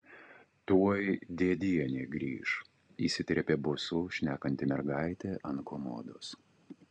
tuoj dėdienė grįš įsiterpė bosu šnekanti mergaitė ant komodos